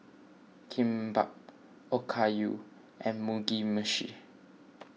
Kimbap Okayu and Mugi Meshi